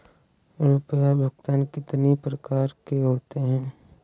रुपया भुगतान कितनी प्रकार के होते हैं?